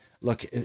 Look